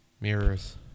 Mirrors